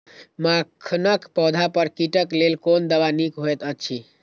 मखानक पौधा पर कीटक लेल कोन दवा निक होयत अछि?